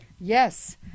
yes